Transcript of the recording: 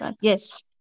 Yes